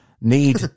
need